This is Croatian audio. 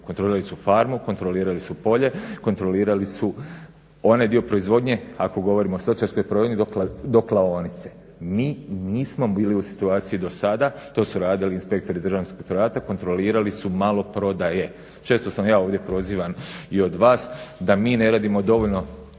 kontrolirali su farmu, kontrolirali su polje, kontrolirali su onaj dio proizvodnje ako govorimo o stočarskoj …/Govornik se ne razumije./… do klaonice. Mi nismo bili u situaciji dosada, to su radili inspektori Državnog inspektorata kontrolirali su maloprodaje. Često sam ja ovdje prozivan i od vas da mi ne radimo dovoljno